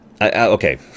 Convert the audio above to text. Okay